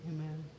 Amen